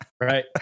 right